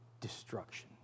destruction